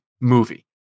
movie